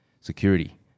security